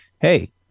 hey